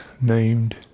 named